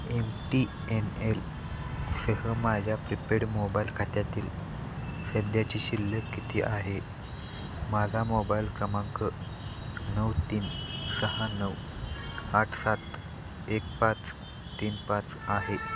M T N L सह माझ्या prepaid mobile खात्यातील सध्याची शिल्लक किती आहे माझा मोबायल क्रमांक नऊ तीन सहा नऊ आठ सात एक पाच तीन पाच आहे